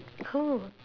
cool